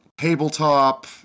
Tabletop